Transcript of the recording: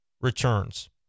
returns